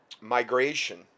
migration